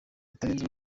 bitarenze